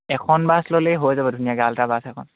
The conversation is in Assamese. এখন বাছ ল'লেই হৈ যাব ধুনীয়াকৈ আল্ট্ৰা বাছ এখন